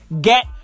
Get